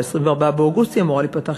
ב-24 באוגוסט היא אמורה להיפתח,